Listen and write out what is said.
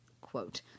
Quote